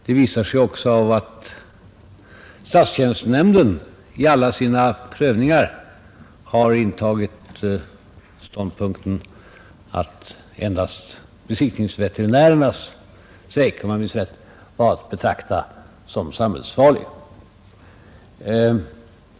Om jag minns rätt har också statstjänstenämnden vid alla sina prövningar intagit ståndpunkten att endast besiktningsveterinärernas strejk var att betrakta som samhällsfarlig.